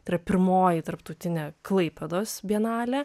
tai yra pirmoji tarptautinė klaipėdos bienalė